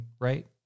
Right